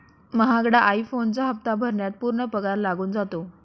महागडा आई फोनचा हप्ता भरण्यात पूर्ण पगार लागून जातो